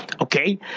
Okay